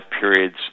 periods